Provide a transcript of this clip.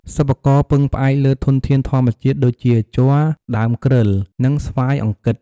សិប្បករពឹងផ្អែកលើធនធានធម្មជាតិ ដូចជាជ័រ ដើមគ្រើល និង ស្វាយអង្គិត។